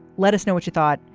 let us know what you thought.